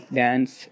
dance